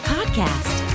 Podcast